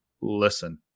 listen